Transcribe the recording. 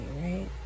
right